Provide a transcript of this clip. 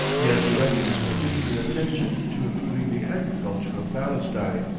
he has directed his particular attention to improving the agriculture of palestine,